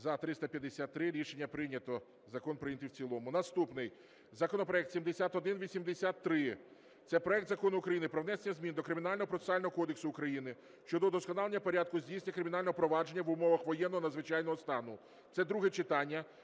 За-353 Рішення прийнято. Закон прийнятий в цілому. Наступний законопроект 7183, це проект Закону України про внесення змін до Кримінального процесуального кодексу України щодо удосконалення порядку здійснення кримінального провадження в умовах воєнного, надзвичайного стану. Це друге читання.